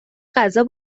غذا